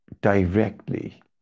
directly